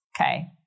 okay